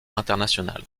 international